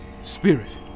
Spirit